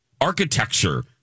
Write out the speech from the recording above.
architecture